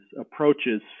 approaches